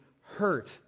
hurt